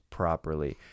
properly